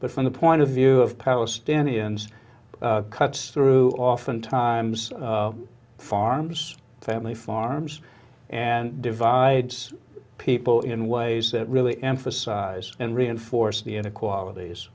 but from the point of view of palestinians cut through oftentimes farms family farms and divides people in ways that really emphasize and reinforce the inequalities